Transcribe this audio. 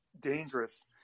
dangerous